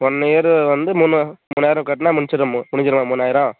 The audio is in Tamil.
ஒன் இயரு வந்து மூணு மூணாயிரம் கட்டினா முடிச்சு முடிஞ்சுடுமா மூணாயிரம்